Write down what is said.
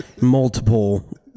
Multiple